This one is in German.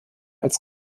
als